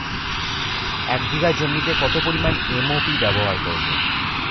এক বিঘা জমিতে কত পরিমান এম.ও.পি ব্যবহার করব?